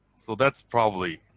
so that's probably,